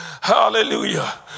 Hallelujah